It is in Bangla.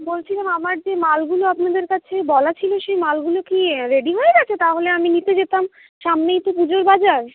বলছিলাম আমার যে মালগুলো আপনাদের কাছে বলা ছিলো সেই মালগুলো কি রেডি হয়ে গেছে তাহলে আমি নিতে যেতাম সামনেই তো পুজোর বাজার